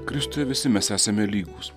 kristuje visi mes esame lygūs